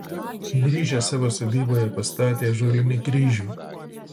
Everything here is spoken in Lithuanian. grįžęs savo sodyboje pastatė ąžuolinį kryžių